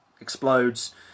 explodes